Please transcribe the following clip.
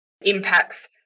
impacts